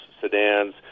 sedans